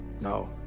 No